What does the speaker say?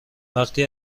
وقتی